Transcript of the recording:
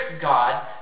God